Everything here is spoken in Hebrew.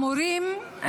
המורים,